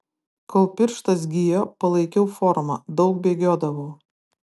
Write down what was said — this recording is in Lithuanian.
kol pirštas gijo palaikiau formą daug bėgiodavau